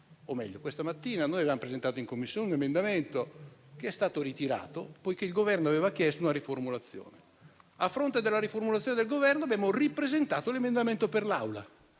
Dopodiché, questa mattina noi avevamo presentato un emendamento in Commissione, che è stato ritirato poiché il Governo aveva chiesto una riformulazione. A fronte della riformulazione del Governo, abbiamo ripresentato l'emendamento per l'Aula.